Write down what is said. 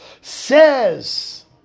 says